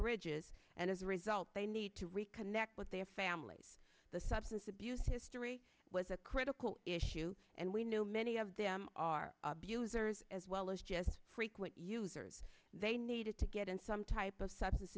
bridges and as a result they need to reconnect with their families the substance abuse history was a critical issue and we know many of them are abusers as well as just frequent users they needed to get in some type of substance